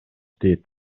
дейт